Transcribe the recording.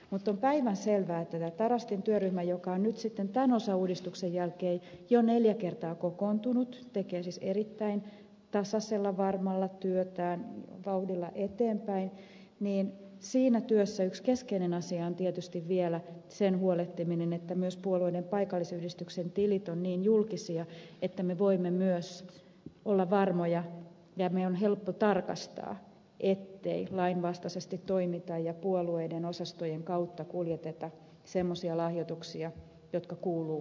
mutta on päivänselvää että tämä tarastin työryhmä joka on nyt sitten tämän osauudistuksen jälkeen jo neljä kertaa kokoontunut tekee siis erittäin tasaisen varmalla vauhdilla työtään eteenpäin ja siinä työssä yksi keskeinen asia on tietysti vielä huolehtiminen siitä että myös puolueiden paikallisyhdistysten tilit ovat niin julkisia että me voimme myös olla varmoja ja meidän on helppo tarkastaa ettei lainvastaisesti toimita ja puolueiden osastojen kautta kuljeteta semmoisia lahjoituksia jotka kuuluu ilmoittaa